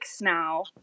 now